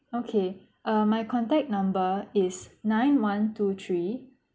okay uh my contact number is nine one two three